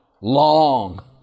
long